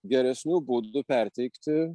geresnių būdų perteikti